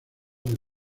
del